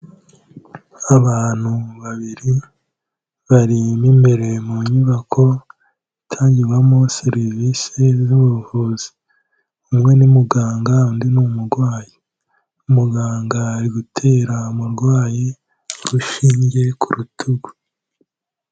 Abantu babiri, bari mo imbere mu nyubako, itangirwamo serivisi z'ubuvuzi, umwe ni muganga, undi ni umurwayi, muganga ari gutera umurwayi urushinge ku rutugu.